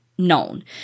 known